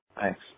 Thanks